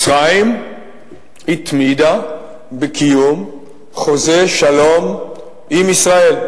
מצרים התמידה בקיום חוזה שלום עם ישראל.